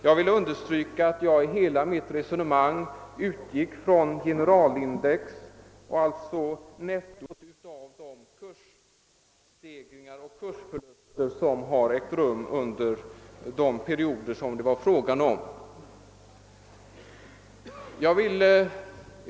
Jag vill betona att jag i hela mitt resonemang utgick från generalindex, d.v.s. nettot av de kursstegringar och kursförluster som förekommit under de perioder det gällde.